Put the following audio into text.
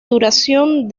duración